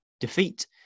defeat